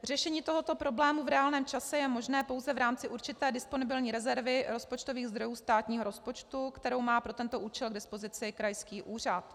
Řešení tohoto problému v reálném čase je možné pouze v rámci určité disponibilní rezervy rozpočtových zdrojů státního rozpočtu, kterou má pro tento účel k dispozici krajský úřad.